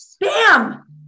Bam